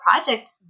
project